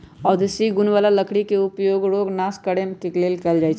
औषधि गुण बला लकड़ी के उपयोग रोग नाश करे लेल कएल जाइ छइ